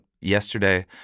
yesterday